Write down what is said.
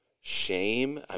shame